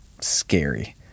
scary